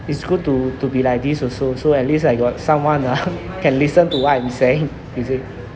it's good to to be like this also so at least I got someone ah can listen to what I'm saying you see